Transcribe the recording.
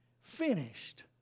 finished